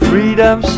Freedom